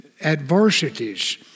adversities